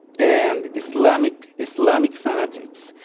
and islamic islamic fanatics.